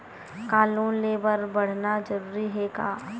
का लोन ले बर पढ़ना जरूरी हे का?